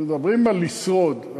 מדברים על לשרוד,